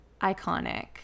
iconic